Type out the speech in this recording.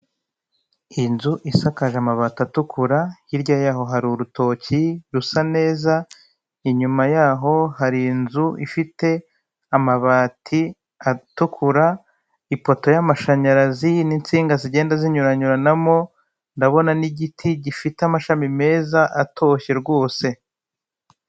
Inzu ikoreramo ubucuruzi icyuma gitunganya amata, intebe ya pulasitiki ameza etageri ndende irimo abajerekani y'umweru arambitse, ikarito n'amacupa y'amazi inkongoro hejuru.